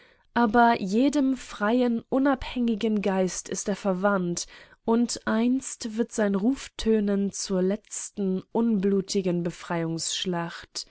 aber jedem freien unabhängigen geist ist er verwandt und einst wird sein ruf tönen zur letzten unblutigen